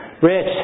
Rich